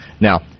Now